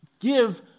give